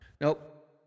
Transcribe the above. Nope